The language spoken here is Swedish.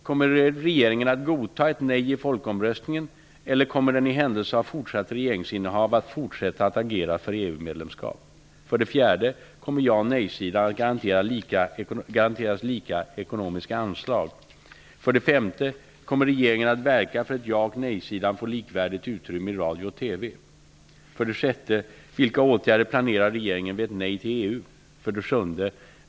Kommer regeringen att godta ett nej i folkomröstningen eller kommer den i händelse av fortsatt regeringsinnehav att fortsätta att agera för EU-medlemskap? 4. Kommer ja och nejsidan att garanteras lika ekonomiska anslag? 5. Kommer regeringen att verka för att ja och nejsidan får likvärdigt utrymme i radio och TV? EU? 7.